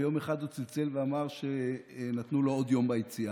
יום אחד הוא צלצל ואמר שנתנו לו עוד יום ביציאה.